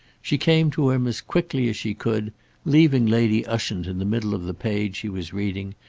she came to him as quickly as she could, leaving lady ushant in the middle of the page she was reading,